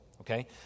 okay